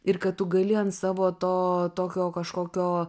ir kad tu gali ant savo to tokio kažkokio